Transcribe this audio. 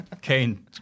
Kane